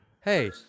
Hey